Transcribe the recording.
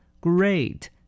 Great